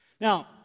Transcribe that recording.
Now